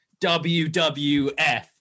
WWF